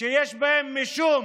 שיש בהם משום